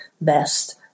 best